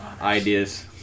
ideas